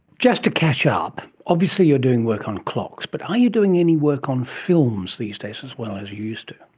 just to catch ah up, obviously you are doing work on clocks, but are you doing any work on films these days as well, as you used to?